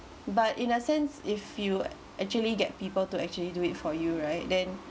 but in a sense if you actually get people to actually do it for you right then